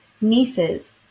nieces